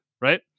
right